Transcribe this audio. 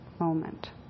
moment